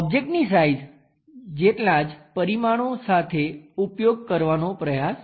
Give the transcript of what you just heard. ઓબ્જેક્ટની સાઈઝ જેટલા જ પરિમાણો સાથે ઉપયોગ કરવાનો પ્રયાસ કરો